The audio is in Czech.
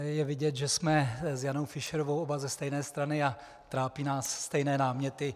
Je vidět, že jsme s Janou Fischerovou oba ze stejné strany a trápí nás stejné náměty.